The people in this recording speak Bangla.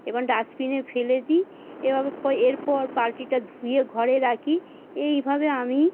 এবং ডাস্টবিনে ফেলে দিই এভাবে এরপর বালতিটা ধুয়ে ঘরে রাখি এইভাবে আমি